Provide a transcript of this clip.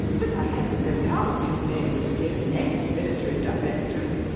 but i have no doubt his name would appear in any military directory.